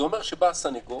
זה אומר שבא הסניגור